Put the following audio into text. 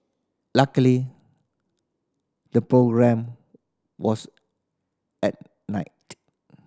luckily the programme was at night